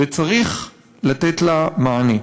וצריך לתת לה מענה.